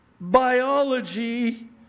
BIOLOGY